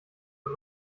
von